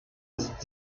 ist